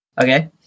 Okay